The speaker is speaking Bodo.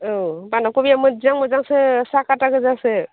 औ बान्दा खबिया मोजां मोजांसो साकाटा गोजासो